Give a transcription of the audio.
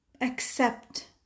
accept